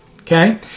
Okay